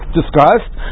discussed